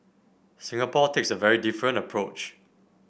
Singapore takes a very different approach